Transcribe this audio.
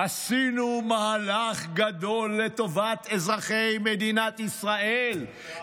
עשינו מהלך גדול לטובת אזרחי מדינת ישראל,